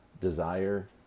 desire